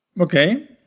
Okay